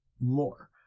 more